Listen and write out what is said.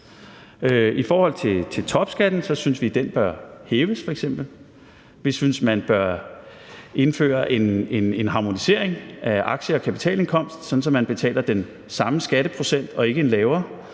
I forhold til topskatten synes vi f.eks., den bør hæves, og vi synes, man bør indføre en harmonisering af aktie- og kapitalindkomst, sådan at man ikke betaler en lavere skatteprocent, men den samme